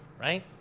right